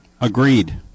Agreed